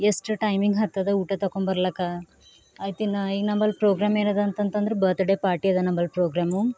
ಎಷ್ಟ್ ಟೈಮಿಂಗ್ ಹತ್ತದ ಊಟ ತಕೊಂಬರ್ಲಿಕ್ಕ ಆಯ್ತಿನ್ನು ಈಗ ನಂಬಲ್ಲಿ ಪ್ರೊಗ್ರಾಮ್ ಏನು ಅದ ಅಂತಂತಂದ್ರೆ ಬರ್ತ್ಡೇ ಪಾರ್ಟಿ ಅದ ನಂಬಲ್ ಪ್ರೊಗ್ರಾಮು